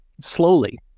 slowly